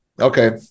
Okay